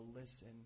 listen